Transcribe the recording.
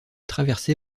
traversé